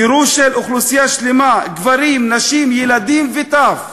גירוש של אוכלוסייה שלמה, גברים, נשים, ילדים, טף,